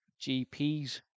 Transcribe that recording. gps